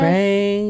Rain